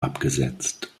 abgesetzt